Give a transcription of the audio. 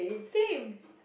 same